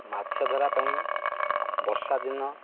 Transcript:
ମାଛ ଧରା ପାଇଁ ବର୍ଷାଦିନ